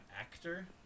actor